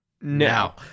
now